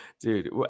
dude